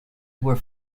were